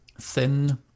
thin